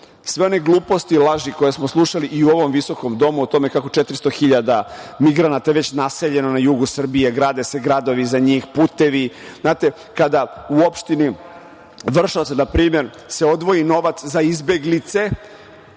Sve one gluposti i laži koje smo slušali i u ovom visokom domu o tome kako 400.000 migranata je već naseljeno na jugu Srbije, grade se gradovi za njih, putevi. Znate, kada se u opštini Vršac, na primer, odvoji novac za izbeglice,